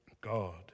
God